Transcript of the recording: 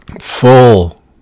Full